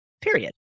period